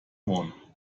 one